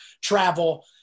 travel